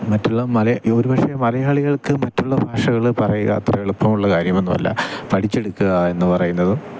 മറ്റുള്ള ഒരു പക്ഷേ മലയാളികൾക്ക് മറ്റുള്ള ഭാഷകൾ പറയുക അത്ര എളുപ്പമുള്ള കാര്യമൊന്നുമല്ല പഠിച്ചെടുക്കുക എന്ന് പറയുന്നത്